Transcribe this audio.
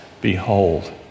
Behold